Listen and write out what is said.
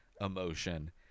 emotion